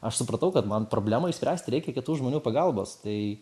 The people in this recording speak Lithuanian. aš supratau kad man problemą išspręsti reikia kitų žmonių pagalbos tai